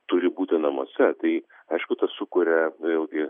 turi būti namuose tai aišku ta sukuria vėlgi